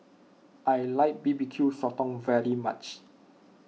I like B B Q Sotong very much